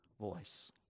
voice